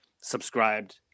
subscribed